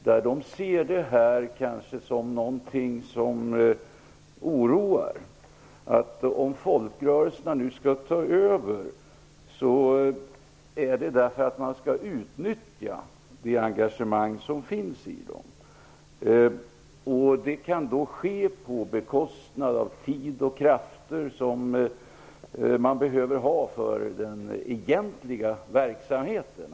Där ser man nog detta som någonting som oroar. Om folkrörelserna nu skall ta över är det därför att man skall utnyttja det engagemang som finns i dem. Det kan ske på bekostnad av tid och krafter som man i stället behöver för den egentliga verksamheten.